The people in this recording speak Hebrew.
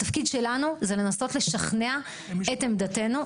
התפקיד שלנו הוא לנסות לשכנע את עמדתינו.